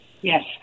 Yes